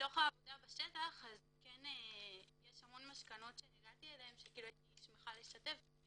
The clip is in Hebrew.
מתוך העבודה בשטח יש המון מסקנות שהגעתי אליהן שהייתי שמחה לשתף.